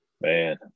Man